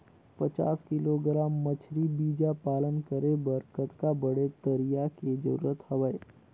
पचास किलोग्राम मछरी बीजा पालन करे बर कतका बड़े तरिया के जरूरत हवय?